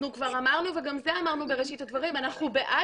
כבר אמרנו בראשית הדברים שאנחנו בעד